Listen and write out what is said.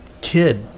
kid